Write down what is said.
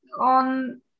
on